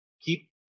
keep